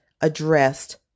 addressed